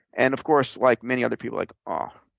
and of course, like many other people, like, ah